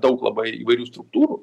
daug labai įvairių struktūrų